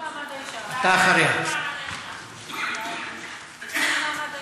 הוועדה לקידום מעמד האישה.